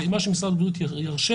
מה שמשרד הבריאות ירשה